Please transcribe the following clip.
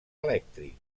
elèctric